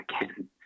again